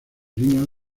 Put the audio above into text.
líneas